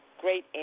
great